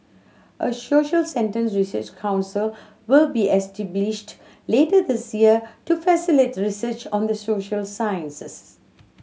a social sentence research council will be later this year to facilitate research on the social sciences